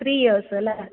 three years അല്ലെ